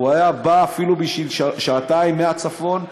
הוא היה בא אפילו בשביל שעתיים מהצפון.